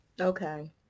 Okay